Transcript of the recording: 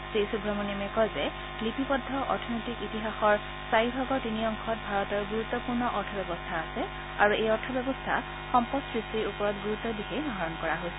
শ্ৰীসুৱমণিয়ামে কয় যে লিপিবদ্ধ অৰ্থনৈতিক ইতিহাসৰ চাৰি ভাগৰ তিনি অংশত ভাৰতৰ গুৰুত্বপূৰ্ণ অৰ্থব্যৱস্থা আছে আৰু এই অৰ্থব্যৱস্থা সম্পদ সৃষ্টিৰ ওপৰত গুৰুত্ব দিহে আহৰণ কৰা হৈছে